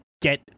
get